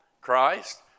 Christ